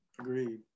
Agreed